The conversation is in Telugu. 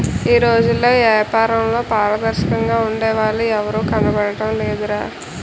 ఈ రోజుల్లో ఏపారంలో పారదర్శకంగా ఉండే వాళ్ళు ఎవరూ కనబడడం లేదురా